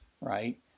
right